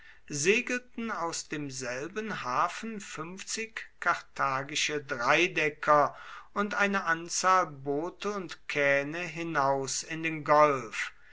segelten aus demselben hafen fünfzig karthagische dreidecker und eine anzahl boote und kähne hinaus in den golf